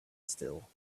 still